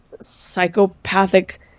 psychopathic